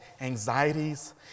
anxieties